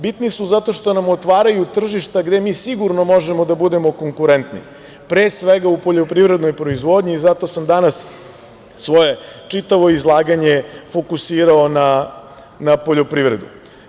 Bitni su zato što nam otvaraju tržišta gde mi sigurno možemo da budemo konkurentni, pre svega u poljoprivrednoj proizvodnji, i zato sam danas svoje čitavo izlaganje fokusirao na poljoprivredu.